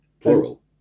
Plural